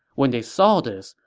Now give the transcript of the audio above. when they saw this,